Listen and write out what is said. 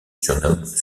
surnomme